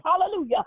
Hallelujah